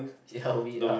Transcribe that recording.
ya we are